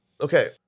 Okay